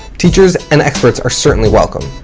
teachers and experts are certainly welcome.